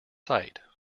sight